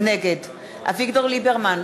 נגד אביגדור ליברמן,